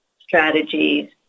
strategies